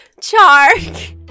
Chark